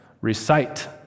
recite